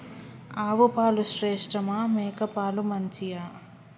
ఆవు పాలు శ్రేష్టమా మేక పాలు మంచియా?